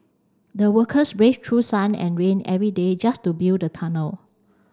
the workers braved through sun and rain every day just to build the tunnel